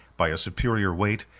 by a superior weight,